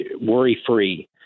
worry-free